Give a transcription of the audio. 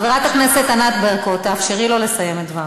חברת הכנסת ענת ברקו, תאפשרו לו לסיים את דבריו.